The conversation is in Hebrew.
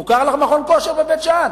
מוכר לך מכון כושר בבית-שאן